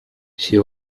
she